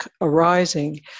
arising